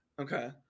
okay